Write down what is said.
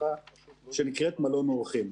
שנקראת "מלון אורחים".